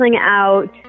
out